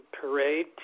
parade